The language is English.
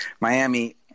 Miami